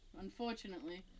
unfortunately